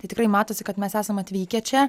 tai tikrai matosi kad mes esam atvykę čia